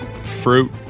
Fruit